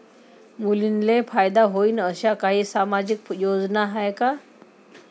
मुलींले फायदा होईन अशा काही सामाजिक योजना हाय का?